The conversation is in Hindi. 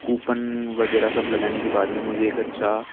कूपन वगैरह सब लगाने के बाद में मुझे एक अच्छा